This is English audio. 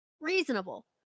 reasonable